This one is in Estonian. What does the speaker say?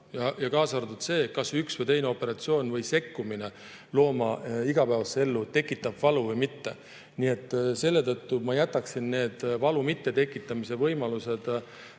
kaasa arvatud see, kas üks või teine operatsioon või sekkumine looma igapäevasesse ellu tekitab valu või mitte. Selle tõttu ma jätaksin nende valu mittetekitamise võimaluste